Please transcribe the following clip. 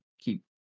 keep